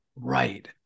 Right